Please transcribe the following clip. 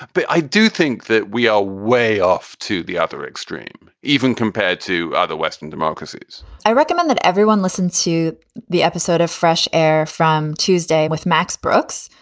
but i do think that we are way off to the other extreme, even compared to other western democracies i recommend that everyone listen to the episode of fresh air from tuesday with max brooks,